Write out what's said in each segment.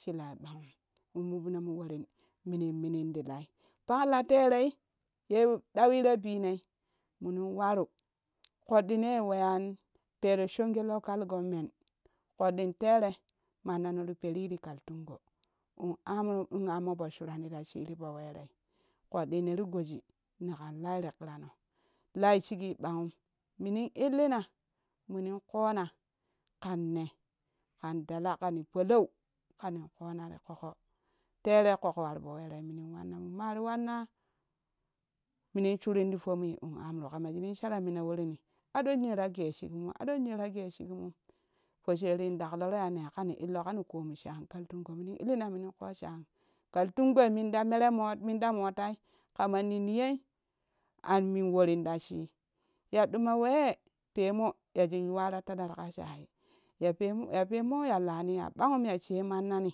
Shii lai ɓanghum in mubnomu worin munin mininti lai pang la terei ye ɗawi ta binoi munin waru ƙodɗine weyan pero-chonge local government ƙodɗin tere mannano ti periri to kaltungo in amru in ammo po surani tashii ti fowerei ƙoɗɗi neri goji neƙan lai ti kirano lai shigi ɓahum minin ittina munin kona ƙan ne ƙai dala kani polou ƙanin kona ti ƙoƙo terei koko war poweroi minu wanna min mari wanna minin shurin ti fomui in amru kama shuni sha ra mina worinni aɗo rage shiganu aɗo rage shiganu aɗo niyo tage sheg mu posherin ɗaklogo yaneya kani itlo kani kimu shan kaltungo munin illina munin ko shan kaltungoi munda merimo munda motai ka manni niyoi anmin worinta shii ya ɗama weye pemo zajin yuwa ta ta dar ka shai ya lemo za pemo zar lani ya ɓahun yashee manani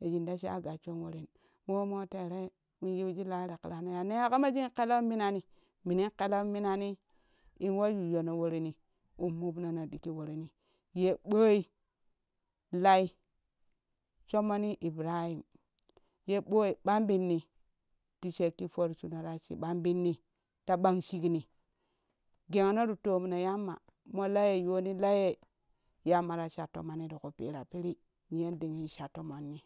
yadin ta sha gasshaa worin mo omoo terei in yiu solai ti kera no zane za kamjun ƙelon minani minin ƙelori minanii in wa yuyyono worini in muborono ɗigi warini ye ɓoi lai shummoni ibrahim ye ɓoi ɓambinni ti shekki fourshino ta shii ɓanbinni ta ɓngshikni gehono ti tom yamma mo laye yoni laye yamma ta sha tomoni ti kuu piira pirii niyon dingin sha tomon ni